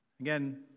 Again